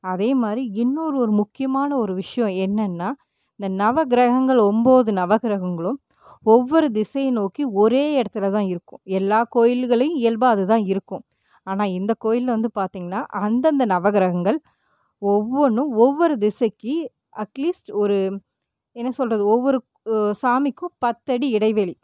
அதே மாதிரி இன்னொரு ஒரு முக்கியமான ஒரு விஷயம் என்னென்னா இந்த நவகிரகங்கள் ஒன்போது நவகிரகங்களும் ஒவ்வொரு திசையை நோக்கி ஒரே இடத்துல தான் இருக்கும் எல்லா கோவில்கள்லையும் இயல்பாகா அது தான் இருக்கும் ஆனால் இந்த கோவில்ல வந்து பார்த்தீங்கன்னா அந்தந்த நவகிரகங்கள் ஒவ்வொன்னும் ஒவ்வொரு திசைக்கு அட்லீஸ்ட் ஒரு என்ன சொல்கிறது ஒவ்வொரு சாமிக்கும் பத்து அடி இடைவெளி